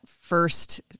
first